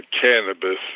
cannabis